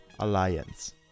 Alliance